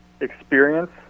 experience